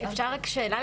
אפשר רק שאלה?